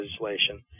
legislation